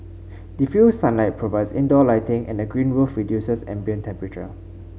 diffused sunlight provides indoor lighting and the green roof reduces ambient temperature